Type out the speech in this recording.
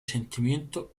sentimiento